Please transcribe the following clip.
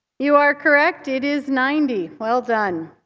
you are correct. it is ninety. well done.